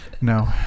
No